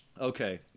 Okay